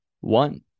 one